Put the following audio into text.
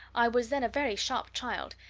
i was then a very sharp child,